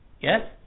Yes